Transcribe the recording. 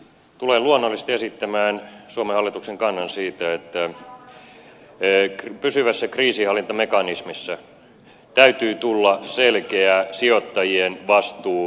tulen luonnollisesti esittämään suomen hallituksen kannan siitä että pysyvässä kriisinhallintamekanismissa täytyy tulla selkeän sijoittajien vastuun näkyviin